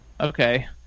Okay